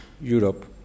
Europe